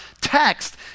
text